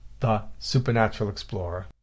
TheSupernaturalExplorer